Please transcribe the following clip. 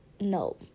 no